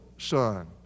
Son